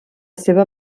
seva